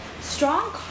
strong